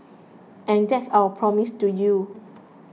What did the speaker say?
and that's our promise to you